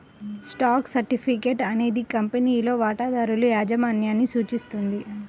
stock certificate అనేది కంపెనీలో వాటాదారుల యాజమాన్యాన్ని సూచిస్తుంది